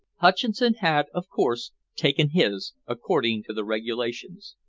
hutcheson had, of course, taken his, according to the regulations.